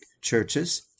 churches